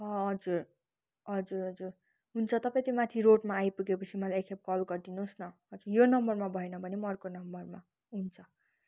हजुर हजुर हजुर हुन्छ तपाईँ त्यो माथि रोडमा आइपुगेपछि मलाई एकखेप कल गरिदिनुहोस् न यो नम्बरमा भएन भने पनि अर्को नम्बरमा हुन्छ